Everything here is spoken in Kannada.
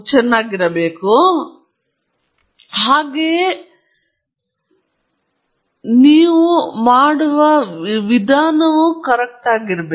ಅವು ವಿಭಿನ್ನವಾಗಿರುತ್ತವೆ ನಿಸ್ಸಂಶಯವಾಗಿ ಸಂಖ್ಯಾತ್ಮಕವಾಗಿರುತ್ತವೆ ಆದರೆ ವ್ಯತ್ಯಾಸವು ತುಂಬಾ ದೊಡ್ಡದಾಗಿದೆ